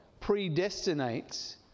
predestinates